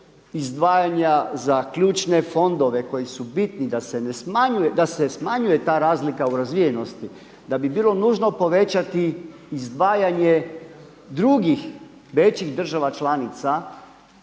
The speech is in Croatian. izdvajanja za ključne fondove koji su bitni da se smanjuje ta razlika u razvijenosti, da bi bilo nužno povećati izdvajanje drugih većih država članica